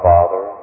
Father